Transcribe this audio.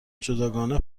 جداگانه